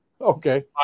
Okay